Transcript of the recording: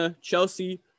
Chelsea